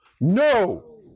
No